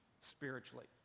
spiritually